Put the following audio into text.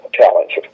challenge